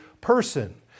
person